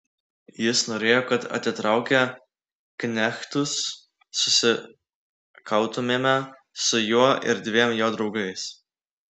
jis norėjo kad atitraukę knechtus susikautumėme su juo ir dviem jo draugais